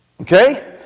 Okay